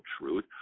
truth